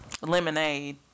Lemonade